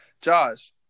Josh